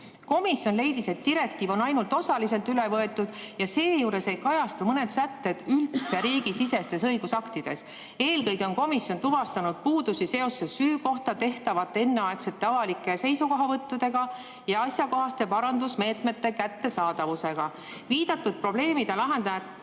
Komisjon leidis, et direktiiv on ainult osaliselt üle võetud ja seejuures ei kajastu mõned sätted riigisisestes õigusaktides üldse. Eelkõige on komisjon tuvastanud puudusi seoses süü kohta tehtavate enneaegsete avalike seisukohavõttudega ja asjakohaste parandusmeetmete kättesaadavusega. Viidatud probleemide lahendamata